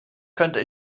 könnte